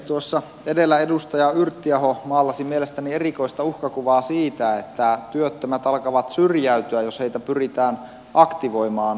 tuossa edellä edustaja yrttiaho maalasi mielestäni erikoista uhkakuvaa siitä että työttömät alkavat syrjäytyä jos heitä pyritään aktivoimaan